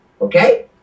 Okay